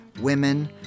women